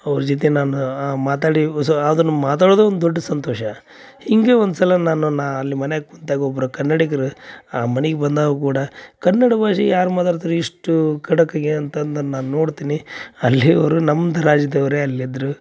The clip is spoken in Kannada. ಅವ್ರ ಜೊತೆ ನಾನು ಮಾತಾಡಿ ಅದನ್ನು ಮಾತಾಡುವುದು ಒಂದು ದೊಡ್ಡ ಸಂತೋಷ ಹೀಗೆ ಒಂದು ಸಲ ನನ್ನನ್ನು ಅಲ್ಲಿ ಮನ್ಯಾಗ ಕುಂತಾಗ ಒಬ್ರು ಕನ್ನಡಿಗ್ರು ಆ ಮನಿಗೆ ಬಂದಾಗ ಕೂಡ ಕನ್ನಡ ಭಾಷೆ ಯಾರು ಮಾತಾಡ್ತಾರೆ ಇಷ್ಟು ಖಡಕ್ಕಾಗಿ ಅಂತಂದು ನಾನು ನೋಡ್ತೀನಿ ಅಲ್ಲಿಯೋರು ನಮ್ದು ರಾಜ್ಯದವರೇ ಅಲ್ಲಿದ್ದರು